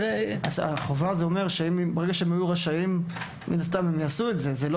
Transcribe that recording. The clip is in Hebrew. החובה אומרת שברגע שהם יהיו רשאים הם יעשו את זה,